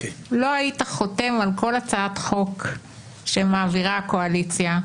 לא היית חותם על כל הצעת חוק שמעבירה הקואליציה,